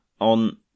on